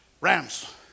Rams